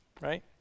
right